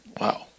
Wow